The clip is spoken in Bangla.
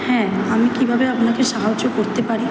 হ্যাঁ আমি কীভাবে আপনাকে সাহায্য করতে পারি